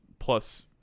plus